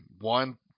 One